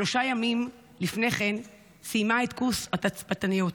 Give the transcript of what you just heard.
שלושה ימים לפני כן סיימה את קורס התצפיתניות.